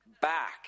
back